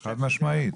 חד משמעית.